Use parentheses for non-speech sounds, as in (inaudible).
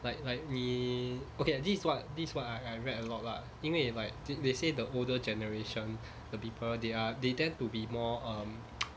like like 你 okay this is what this what I I read a lot lah 因为 like did they say the older generation the people they are they tend to be more um (noise)